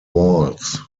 walls